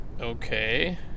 Okay